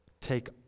Take